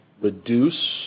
reduce